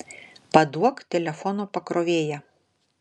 paduok telefono pakrovėją